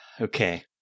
Okay